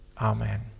Amen